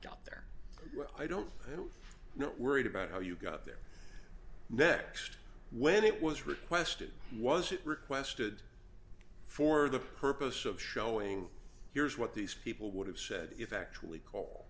don't i don't know worried about how you got there next when it was requested was it requested for the purpose of showing here's what these people would have said if actually call